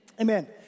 Amen